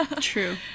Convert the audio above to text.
True